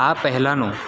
આ પહેલાંનું